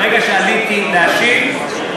ברגע שעליתי להשיב,